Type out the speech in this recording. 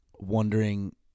wondering